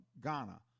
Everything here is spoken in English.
Ghana